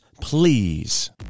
please